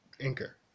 Anchor